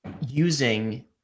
using